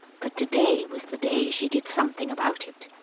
but today was the day she did something about it.